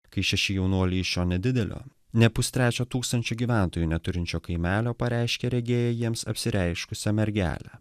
kai šeši jaunuoliai iš šio nedidelio ne pustrečio tūkstančio gyventojų neturinčio kaimelio pareiškė regėję jiems apsireiškusią mergelę